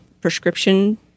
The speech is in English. prescription